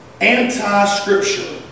anti-Scripture